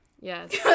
Yes